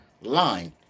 line